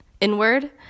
inward